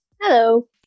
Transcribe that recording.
Hello